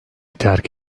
terk